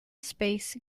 space